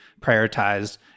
prioritized